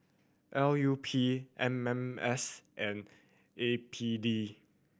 L U P M M S and A P D